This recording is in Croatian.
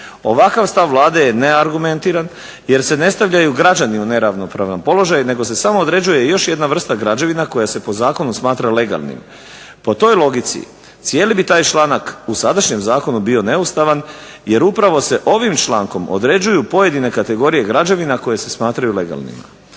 Ovakav stav Vlade je neargumentiran jer se ne stavljaju građani u neravnopravan položaj nego se samo određuje još jedna vrsta građevina koja se po zakonu smatra legalnim. Po toj logici cijeli bi taj članak u sadašnjem zakonu bio neustavan jer upravo se ovim člankom određuju pojedine kategorije građevina koje se smatraju legalnima.